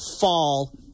fall